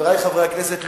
חברי חברי הכנסת,